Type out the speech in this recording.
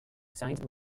signed